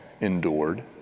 endured